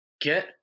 get